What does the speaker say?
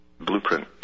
blueprint